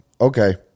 okay